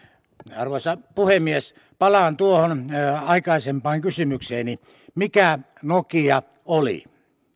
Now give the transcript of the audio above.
arvoisa puhemies palaan tuohon aikaisempaan kysymykseeni mikä nokia oli